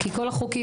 כי כל החוקים,